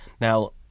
Now